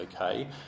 okay